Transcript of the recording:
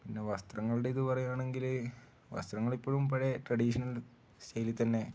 പിന്നെ വസ്ത്രങ്ങളുടെ ഇത് പറയുകയാണെങ്കിൽ വസ്ത്രങ്ങൾ ഇപ്പോഴും പഴയ ട്രഡീഷണൽ സ്റ്റൈലിൽ തന്നെ